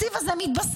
התקציב הזה מתבסס,